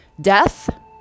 Death